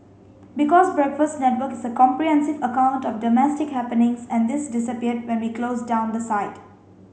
because breakfasts network is a comprehensive account of domestic happenings and this disappeared when we closed down the site